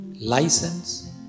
license